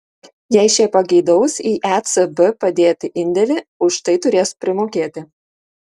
jei šie pageidaus į ecb padėti indėlį už tai turės primokėti